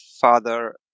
father